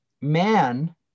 Man